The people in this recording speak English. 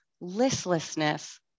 listlessness